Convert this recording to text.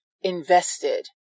invested